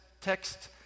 text